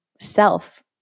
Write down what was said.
self